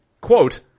Quote